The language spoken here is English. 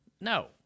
No